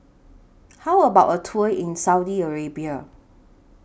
How about A Tour in Saudi Arabia